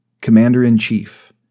Commander-in-Chief